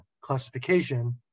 classification